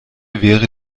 wäre